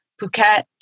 Phuket